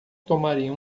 tomaria